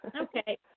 Okay